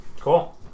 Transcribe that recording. Cool